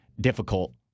difficult